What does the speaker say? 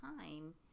time